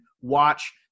watch